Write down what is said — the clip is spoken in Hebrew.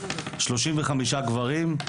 35 גברים,